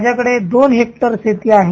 माझ्याकडे दोन हेक्टर शेती आहे